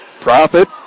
Profit